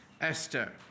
esther